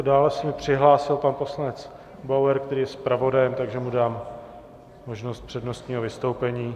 Dále se přihlásil pan poslanec Bauer, který je zpravodajem, takže mu dám možnost přednostního vystoupení...